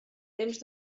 temps